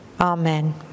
Amen